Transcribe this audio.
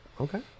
Okay